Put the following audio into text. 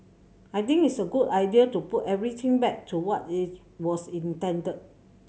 I think it's a good idea to put everything back to what it's was intended